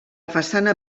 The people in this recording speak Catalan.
façana